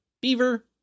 Beaver